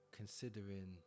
considering